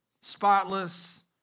spotless